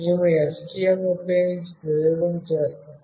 మేము STM ఉపయోగించి ప్రయోగం చేసాము